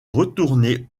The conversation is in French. retourner